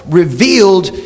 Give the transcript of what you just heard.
revealed